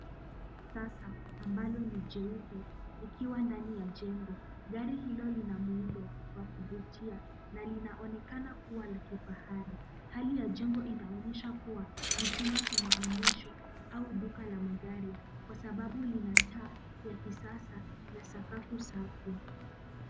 Tasa ambalo ni jeupe likiwa ndani ya jengo, gari hilo lina muundo wa kuvutia na linaonekana kuwa la kifahari. Hali ya jengo linaonyesha kuwa ni chumba cha maonyesho au duka la magari kwa sababu lina taa la kisasa na sakafu safi.